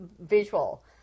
visual